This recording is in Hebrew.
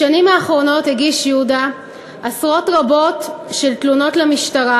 בשנים האחרונות הגיש יהודה עשרות רבות של תלונות למשטרה